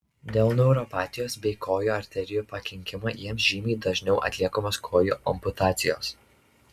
dėl neuropatijos bei kojų arterijų pakenkimo jiems žymiai dažniau atliekamos kojų amputacijos